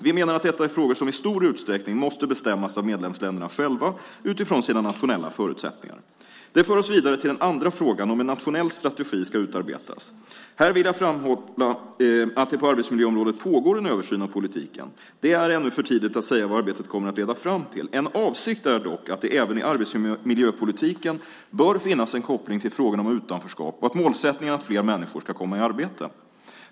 Vi menar att detta är frågor som i stor utsträckning måste bestämmas av medlemsländerna själva utifrån sina nationella förutsättningar. Det för oss vidare till den andra frågan om en nationell strategi ska utarbetas. Här vill jag framhålla att det på arbetsmiljöområdet pågår en översyn av politiken. Det är ännu för tidigt att säga vad arbetet kommer att leda fram till. En avsikt är dock att det även i arbetsmiljöpolitiken bör finnas en koppling till frågorna om utanförskap och målsättningen att fler människor ska komma i arbete.